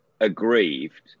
aggrieved